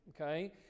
okay